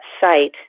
site